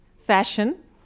fashion